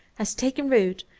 has taken root,